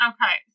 Okay